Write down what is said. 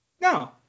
No